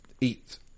eat